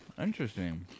Interesting